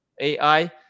ai